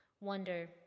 Wonder